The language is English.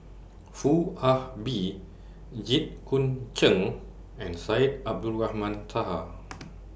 Foo Ah Bee Jit Koon Ch'ng and Syed Abdulrahman Taha